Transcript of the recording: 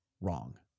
wrong